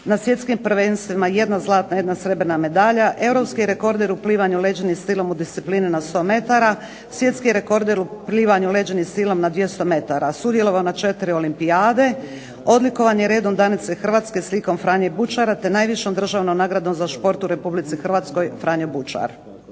na svjetskim prvenstvima jedna zlatna, jedna srebrna medalja, europski rekorder u plivanju leđnim stilom u disciplini na 100 metara, svjetski rekorder u plivanju leđnim stilom na 200 metara, sudjelovao na četiri olimpijade, odlikovan je redom Danice Hrvatske slikom Franje Bučara, te najvišom državnom nagradom za šport u Republici Hrvatskoj Franjo Bučar.